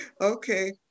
Okay